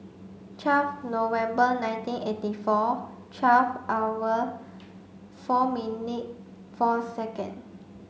twelve November nineteen eighty four twelve hour four minute four second